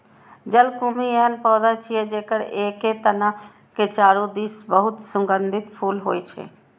जलकुंभी एहन पौधा छियै, जेकर एके तना के चारू दिस बहुत सुगंधित फूल होइ छै